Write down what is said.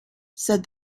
said